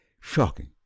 Shocking